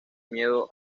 medio